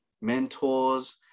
mentors